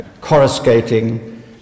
coruscating